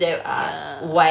ya